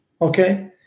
okay